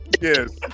Yes